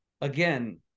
again